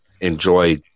enjoy